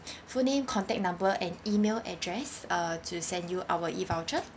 full name contact number and email address uh to send you our E voucher